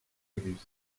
producing